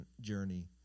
journey